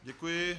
Děkuji.